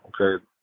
okay